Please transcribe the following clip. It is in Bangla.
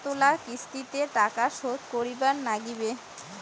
কতোলা কিস্তিতে টাকা শোধ করিবার নাগীবে?